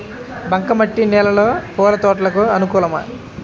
బంక మట్టి నేలలో పూల తోటలకు అనుకూలమా?